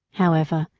however,